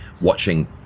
watching